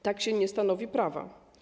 Tak się nie stanowi prawa.